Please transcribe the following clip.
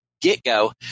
get-go